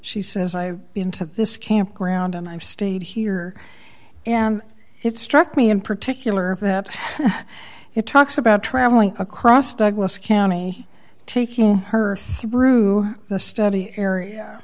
she says i been to this campground and i've stayed here and it struck me in particular that it talks about traveling across douglas county taking her through the study area